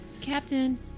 Captain